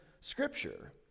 scripture